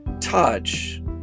touch